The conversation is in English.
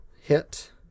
Hit